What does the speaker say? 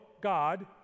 God